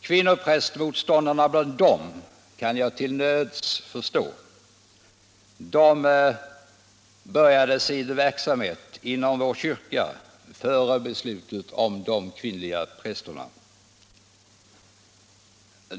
Kvinnoprästmotståndarna bland dem kan jag till nöds förstå. De började sin verksamhet inom vår kyrka före beslutet om de kvinnliga prästerna.